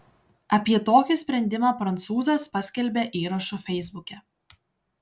apie tokį sprendimą prancūzas paskelbė įrašu feisbuke